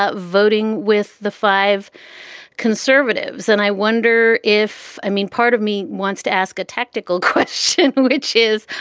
ah voting with the five conservatives. and i wonder if i mean, part of me wants to ask a technical question, which is,